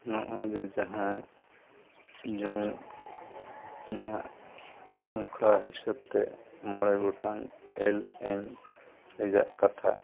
ᱱᱚᱜᱼᱚᱸᱭ ᱫᱚ ᱡᱟᱦᱟᱸ ᱡᱮᱢᱚᱱ ᱚᱱᱟ ᱥᱚᱝᱠᱷᱟ ᱦᱤᱥᱟᱹᱵᱛᱮ ᱢᱚᱬᱮ ᱜᱚᱴᱟᱝ ᱮᱢ ᱮᱞ ᱨᱮᱭᱟᱜ ᱠᱟᱛᱷᱟ